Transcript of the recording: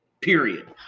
Period